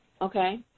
Okay